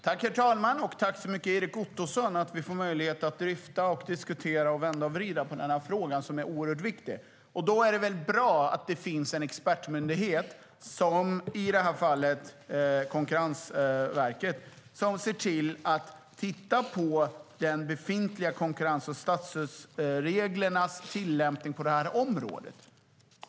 Herr talman! Jag tackar Erik Ottoson för att vi får möjlighet att dryfta, diskutera och vända och vrida på denna viktiga fråga. Det är bra att det finns en expertmyndighet, i detta fall Konkurrensverket, som tittar på de befintliga konkurrens och statsstödsreglernas tillämpning på detta område.